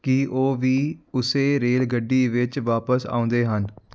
ਕੀ ਉਹ ਵੀ ਉਸੇ ਰੇਲਗੱਡੀ ਵਿੱਚ ਵਾਪਸ ਆਉਂਦੇ ਹਨ